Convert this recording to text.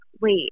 wait